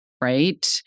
right